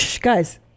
Guys